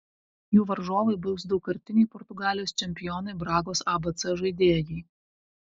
jų varžovai bus daugkartiniai portugalijos čempionai bragos abc žaidėjai